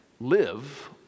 live